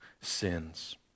sins